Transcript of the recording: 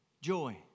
Joy